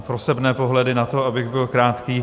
Prosebné pohledy na to, abych byl krátký.